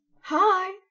Hi